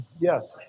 Yes